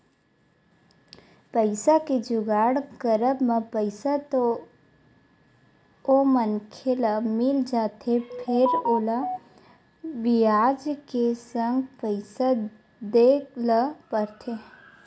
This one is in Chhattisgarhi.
पइसा के जुगाड़ करब म पइसा तो ओ मनखे ल मिल जाथे फेर ओला बियाज के संग पइसा देय ल परथे